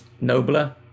nobler